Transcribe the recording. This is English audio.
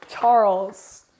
Charles